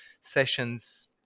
sessions